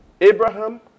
Abraham